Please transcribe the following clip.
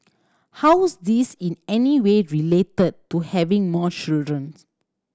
how's this in any way related to having more children